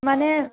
মানে